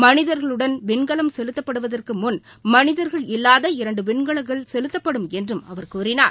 மனிதர்களுடன் விண்கலம் செலுத்தப்படுவதற்குமுன் மனிதர்கள் இல்லாத இரண்டுவிண்கலங்கள் செலுத்தப்படும் என்றும் அவர் கூறினார்